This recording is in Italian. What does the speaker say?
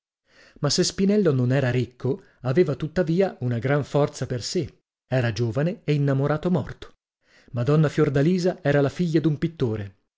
ma se spinello non era ricco aveva tuttavia una gran forza per sè era giovine e innamorato morto madonna fiordalisa era la figlia d'un pittore